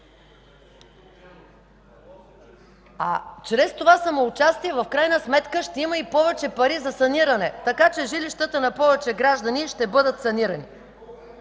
Чрез това самоучастие в крайна сметка ще има и повече пари за саниране, така че жилищата на повече граждани ще бъдат санирани.